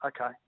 Okay